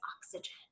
oxygen